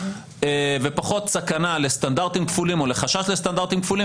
ופחות סכנה לסטנדרטים כפולים או לחשש לסטנדרטים כפולים.